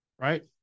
right